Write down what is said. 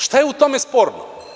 Šta je u tome sporno?